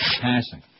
Passing